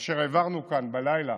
כאשר העברנו כאן בלילה